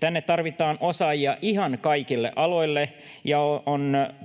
Tänne tarvitaan osaajia ihan kaikille aloille, ja itse olen todella